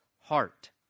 heart